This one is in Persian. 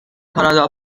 کانادا